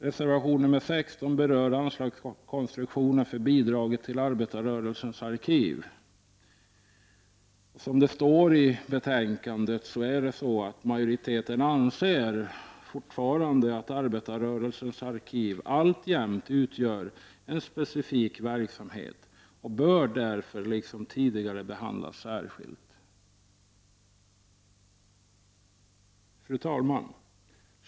Reservation nr 16 berör anslagskonstruktionen för bidraget till arbetarrörelsens arkiv. Såsom det står i betänkandena anser utskottsmajoriteten fortfarande att arbetarrörelsens arkiv alltjämt utgör en specifik verksamhet och att det därför bör, liksom tidigare, behandlas särskilt. Fru talman!